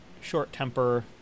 short-temper